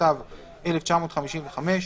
התשט"ו 1955,